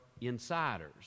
insiders